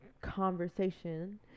conversation